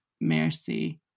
mercy